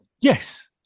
Yes